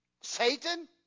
Satan